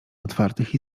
otwartych